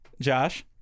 Josh